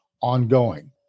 ongoing